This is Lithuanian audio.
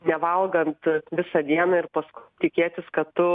nevalgant visą dieną ir paskui tikėtis kad tu